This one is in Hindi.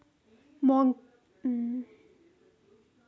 मूंगफली कौन सी मिट्टी में होती है?